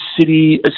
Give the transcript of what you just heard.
city